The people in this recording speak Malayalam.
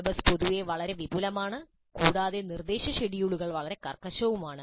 സിലബസ് പൊതുവെ വളരെ വിപുലമാണ് കൂടാതെ നിർദ്ദേശ ഷെഡ്യൂളുകൾ വളരെ കർക്കശവുമാണ്